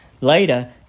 Later